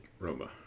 Roma